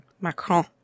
Macron